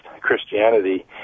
christianity